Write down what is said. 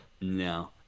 no